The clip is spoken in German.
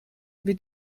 wird